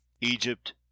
Egypt